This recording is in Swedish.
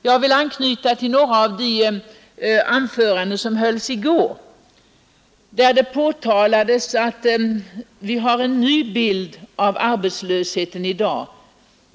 Jag vill anknyta till några av de anföranden som hölls i går, där det påtalades att vi har en ny bild av arbetslösheten i dag.